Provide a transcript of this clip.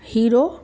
hero